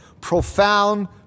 profound